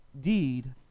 deed